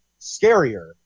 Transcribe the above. scarier